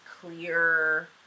clear